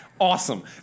Awesome